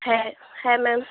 है है मैम